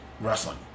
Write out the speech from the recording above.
wrestling